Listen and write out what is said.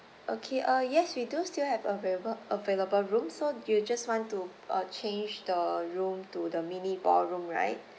okay uh yes we do still have available available room so you just want to uh change the room to the mini ballroom right